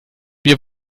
wir